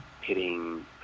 hitting